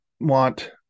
want